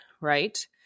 right